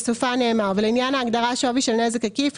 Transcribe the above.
בסופה נאמר "ולעניין ההגדרה "שווי של נזק עקיף",